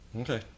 Okay